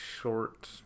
short